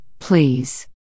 Please